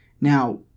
Now